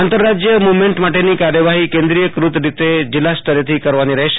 આંતરરાજય movement માટેની કાર્યવાહી કેન્દ્રિય કત રીતે જિલ્લા સ્તરેથી કરવાની રહેશે